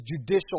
Judicial